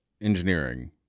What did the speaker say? engineering